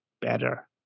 better